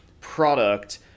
product